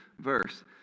verse